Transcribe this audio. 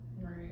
Right